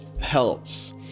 helps